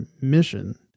mission